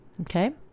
Okay